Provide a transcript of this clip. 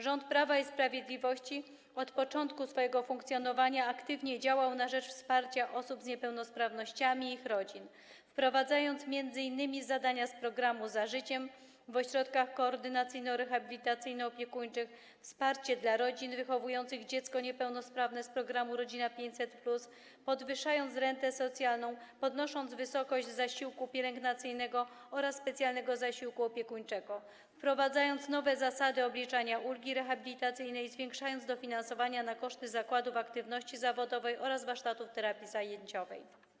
Rząd Prawa i Sprawiedliwości od początku swojego funkcjonowania aktywnie działał na rzecz wsparcia osób z niepełnosprawnościami i ich rodzin, m.in. wprowadzając zadania z programu „Za życiem” w ośrodkach koordynacyjno-rehabilitacyjno-opiekuńczych i wsparcie dla rodzin wychowujących dziecko niepełnosprawne z programu „Rodzina 500+”, podwyższając rentę socjalną, podnosząc wysokość zasiłku pielęgnacyjnego oraz specjalnego zasiłku opiekuńczego, wprowadzając nowe zasady odliczania ulgi rehabilitacyjnej, zwiększając dofinansowania na koszty zakładów aktywności zawodowej oraz warsztatów terapii zajęciowej.